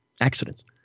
accidents